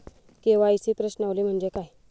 KYC प्रश्नावली म्हणजे काय?